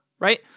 right